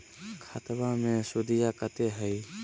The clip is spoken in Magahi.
खतबा मे सुदीया कते हय?